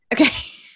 Okay